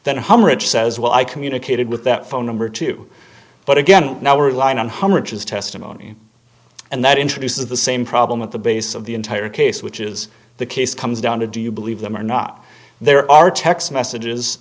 hundred says well i communicated with that phone number too but again now we're relying on hundred as testimony and that introduces the same problem with the basis of the entire case which is the case comes down to do you believe them or not there are text messages